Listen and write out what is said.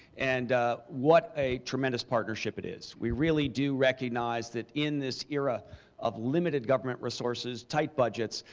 and what a tremendous partnership it is. we really do recognize that in this era of limited government resources, tight budgets,